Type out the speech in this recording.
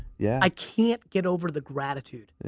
yeah i can't get over the gratitude.